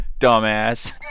dumbass